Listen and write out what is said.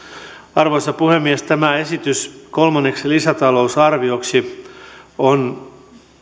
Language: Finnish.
arvoisa puhemies tämä esitys kolmanneksi lisätalousarvioksi on